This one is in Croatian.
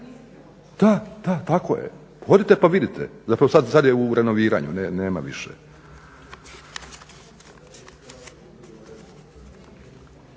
Da, da tako pa odite pa vidite, zapravo sada je u renoviranju nema više.